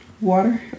Water